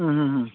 उम उम उम